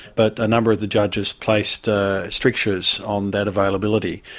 but a number of the judges placed ah strictures on that availability.